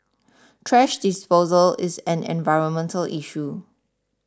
thrash disposal is an environmental issue